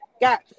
got